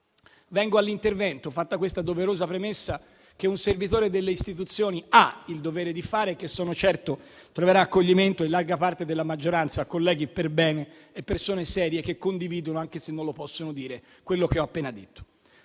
Vengo all'intervento, fatta questa doverosa premessa che un servitore delle istituzioni ha il dovere di fare e che sono certo troverà accoglimento in larga parte della maggioranza, colleghi perbene e persone serie che condividono - anche se non lo possono dire - quello che ho appena detto.